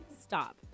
Stop